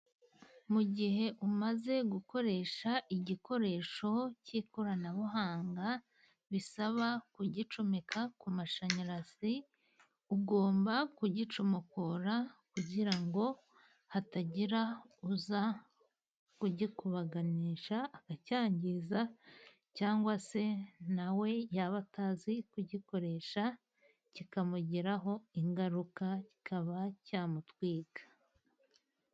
Mu gihe umaze gukoresha igikoresho cy'ikoranabuhanga, bisaba kugicomeka ku mashanyarazi, ugomba kugicomokora kugira ngo hatagira uza kugikubaganisha akacyangiza, cyangwa se na we yaba atazi kugikoresha, kikamugiraho ingaruka kikaba cyamutwika.